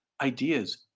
Ideas